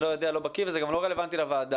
אני לא יודע, לא בקי וזה גם לא רלוונטי לוועדה.